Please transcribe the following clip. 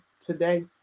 today